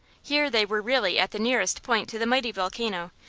here they were really at the nearest point to the mighty volcano,